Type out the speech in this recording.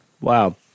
Wow